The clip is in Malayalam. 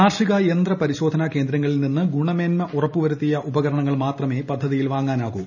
കാർഷിക യന്ത്ര പരിശോധനാ കേന്ദ്രങ്ങളിൽ നിന്ന് ഗുണമേൻമ ഉറപ്പുവരുത്തിയ ഉപകരണങ്ങൾ മാത്രമേ പദ്ധതിയിൽ വാങ്ങാനാകൂ